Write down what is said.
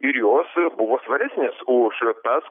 ir jos buvo svaresnės už tas